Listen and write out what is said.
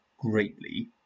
greatly